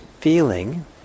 feeling